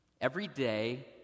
everyday